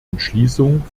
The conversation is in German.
entschließung